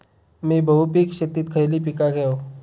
मी बहुपिक शेतीत खयली पीका घेव?